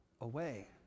away